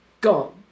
gone